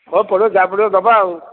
ହଉ ପଡ଼ିବ ଯାହା ପଡ଼ିବ ଦେବା ଆଉ